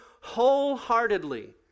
wholeheartedly